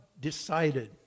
decided